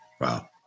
Wow